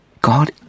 God